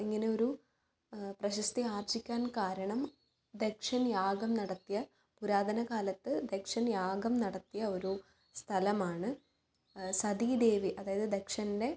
ഇങ്ങനെ ഒരു പ്രശസ്തി ആർജ്ജിക്കാൻ കാരണം ദക്ഷൻ യാഗം നടത്തിയ പുരാതന കാലത്ത് ദക്ഷൻ യാഗം നടത്തിയ ഒരു സ്ഥലമാണ് സതി ദേവി അതായത് ദക്ഷൻ്റെ